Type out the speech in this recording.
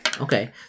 Okay